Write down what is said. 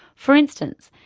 for instance,